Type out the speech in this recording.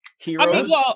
heroes